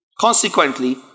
consequently